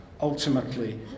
ultimately